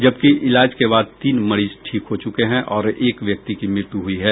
जबकि इलाज के बाद तीन मरीज ठीक हो चुके हैं और एक व्यक्ति की मृत्यु हुई है